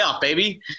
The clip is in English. baby